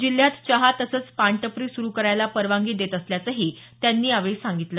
जिल्ह्यात चहा तसंच पान टपरी सुरू करायला परवानगी देण्यात येत असल्याचं त्यांनी यावेळी सांगितलं